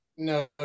No